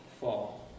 fall